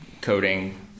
coding